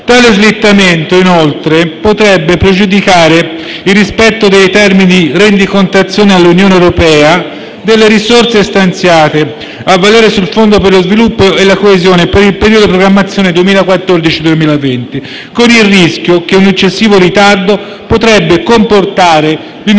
Tale slittamento, inoltre, potrebbe pregiudicare il rispetto dei termini di rendicontazione all'Unione europea delle risorse stanziate a valere sul Fondo per lo sviluppo e la coesione per il periodo di programmazione 2014-2020, con il rischio che un eccessivo ritardo potrebbe comportare l'inutilizzo